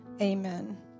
Amen